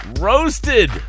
roasted